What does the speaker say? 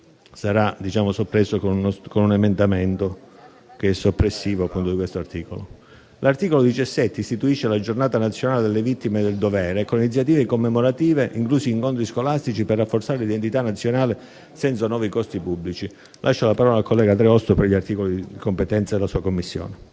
sarà soppresso con un emendamento appunto soppressivo di tale articolo. L'articolo 17 istituisce la Giornata nazionale delle vittime del dovere, con iniziative commemorative, inclusi incontri scolastici per rafforzare l'identità nazionale, senza nuovi costi pubblici. Lascio la parola al collega Dreosto per gli articoli di competenza della sua Commissione.